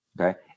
Okay